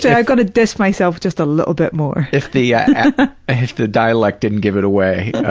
yeah i've gotta diss myself just a little bit more. if the yeah ah the dialect didn't give it away,